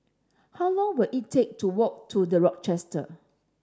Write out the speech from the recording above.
how long will it take to walk to The Rochester